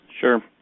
Sure